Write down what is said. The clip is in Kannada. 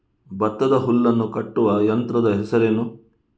ಭತ್ತದ ಹುಲ್ಲನ್ನು ಕಟ್ಟುವ ಯಂತ್ರದ ಹೆಸರೇನು?